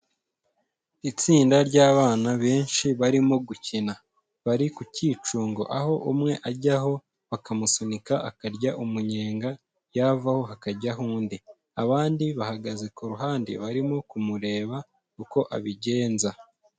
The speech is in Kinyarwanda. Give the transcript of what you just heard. Itsinda ry'abana benshi barimo gukina bari ku cyicungo, aho umwe ajyaho bakamusunika akarya umunyenga, yavaho hakajyaho undi, abandi bahagaze ku ruhande barimo kumureba uko abigenza.